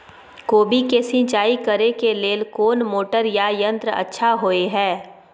कोबी के सिंचाई करे के लेल कोन मोटर या यंत्र अच्छा होय है?